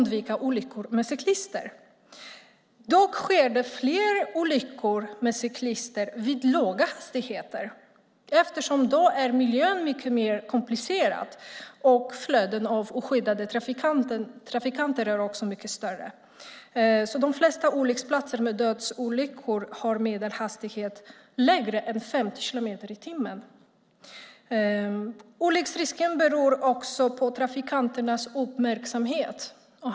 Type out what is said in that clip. Dock sker det fler olyckor med cyklister vid låga hastigheter eftersom miljön då är mycket mer komplicerad, och flödet av oskyddade trafikanter är också mycket större. På de flesta olycksplatser med dödsolyckor är medelhastigheten lägre en 50 kilometer i timmen. Olycksrisken beror också på trafikanternas uppmärksamhet.